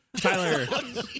Tyler